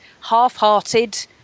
half-hearted